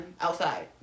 Outside